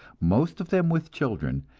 most of them with children,